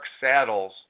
saddles